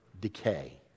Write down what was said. decay